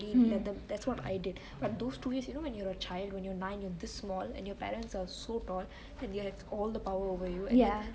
let them that's what I did but those two years you know when you're a child when you're nine you're this small and your parents are so tall and they have all the power over you